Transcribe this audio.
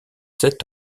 sept